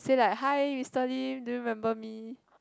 say like hi Mister Lim do you remember me